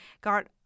got